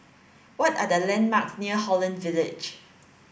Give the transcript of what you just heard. what are the landmarks near Holland Village